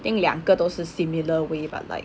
think 两个都是 similar way but like